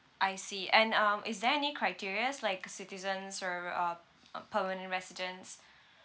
I see and um is there any criterias like citizens or um uh permanent residents